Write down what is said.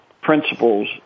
principles